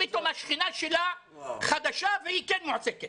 פתאום השכנה שלה, חדשה והיא כן מועסקת.